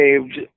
saved